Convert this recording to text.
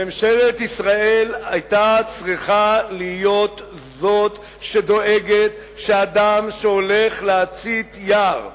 ממשלת ישראל היתה צריכה להיות זאת שדואגת שאדם שהולך להצית יער,